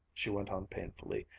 she went on painfully,